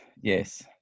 Yes